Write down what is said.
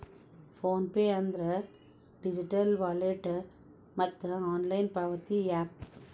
phone pay ಅಂದ್ರ digital wallet ಮತ್ತ online ಪಾವತಿ ಯಾಪ್